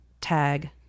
tag